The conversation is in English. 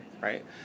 right